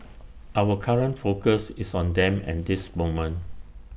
our current focus is on them at this moment